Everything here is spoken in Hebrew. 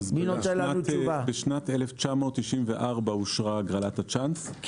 בשנת 1994 אושרה הגרלת הצ'אנס,